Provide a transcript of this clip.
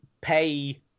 pay